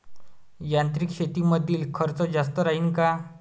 यांत्रिक शेतीमंदील खर्च जास्त राहीन का?